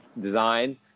design